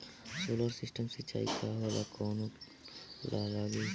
Solar system सिचाई का होला कवने ला लागी?